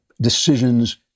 decisions